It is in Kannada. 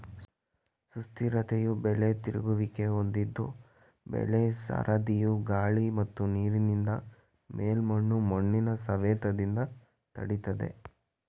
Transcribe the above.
ಸುಸ್ಥಿರತೆಯು ಬೆಳೆ ತಿರುಗುವಿಕೆ ಹೊಂದಿದ್ದು ಬೆಳೆ ಸರದಿಯು ಗಾಳಿ ಮತ್ತು ನೀರಿನಿಂದ ಮೇಲ್ಮಣ್ಣನ್ನು ಮಣ್ಣಿನ ಸವೆತದಿಂದ ತಡಿತದೆ